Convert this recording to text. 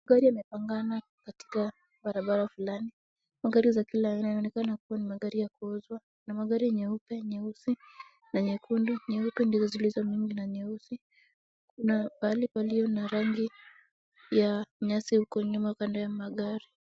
Gari yamepanagana katika barabara fulani. Magari ya kila aina inaonekana kuwa ni magari ya kuuzwa na magari nyeupe, nyeusi na nyekundu. Nyeupe ndizo zilizo mingi na nyeusi na pahali palio na rangi ya nyasi huko nyuma kando ya magari.